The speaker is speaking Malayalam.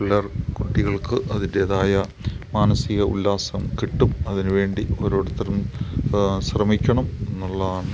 പിള്ളേർ കുട്ടികൾക്ക് അതിൻറേതായ മാനസിക ഉല്ലാസം കിട്ടും അതിന് വേണ്ടി ഓരോരുത്തരും ശ്രമിക്കണം എന്നുള്ളതാണ്